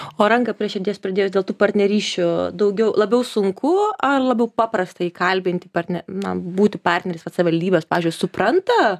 o ranką prie širdies pridėjus dėl tų partnerysčių daugiau labiau sunku ar labiau paprasta įkalbinti na būti partneris vat savivaldybės pavyzdžiui supranta